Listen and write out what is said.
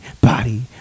body